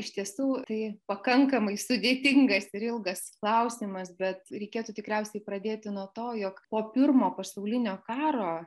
iš tiesų tai pakankamai sudėtingas ir ilgas klausimas bet reikėtų tikriausiai pradėti nuo to jog po pirmo pasaulinio karo